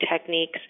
techniques